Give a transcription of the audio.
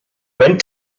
went